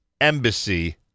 Embassy